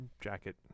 jacket